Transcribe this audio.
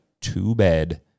two-bed